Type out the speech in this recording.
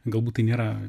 galbūt tai nėra